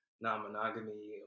non-monogamy